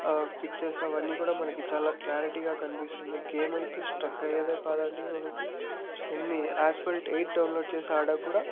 pictures అవన్నీ కూడా మనకి చాలా క్లారిటీగా కనిపిస్తుంది గేమ్ అయితే స్ట్రక్ అయ్యేదే కాదండి మనకి ఎన్ని యాస్పల్ట్ ఎయిట్ డౌన్లోడ్ చేసి ఆడాక్కూడా